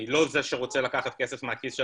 אני לא זה שרוצה לקחת כסף מהכיס של